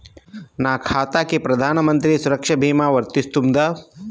నా ఖాతాకి ప్రధాన మంత్రి సురక్ష భీమా వర్తిస్తుందా?